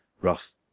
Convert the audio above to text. rough